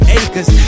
acres